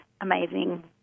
amazing